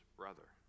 brother